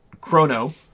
Chrono